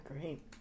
great